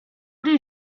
did